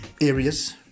areas